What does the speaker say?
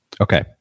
okay